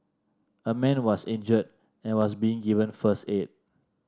a man was injured and was being given first aid